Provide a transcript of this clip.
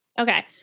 Okay